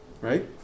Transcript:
right